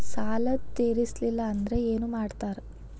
ಸಾಲ ತೇರಿಸಲಿಲ್ಲ ಅಂದ್ರೆ ಏನು ಮಾಡ್ತಾರಾ?